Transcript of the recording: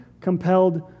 compelled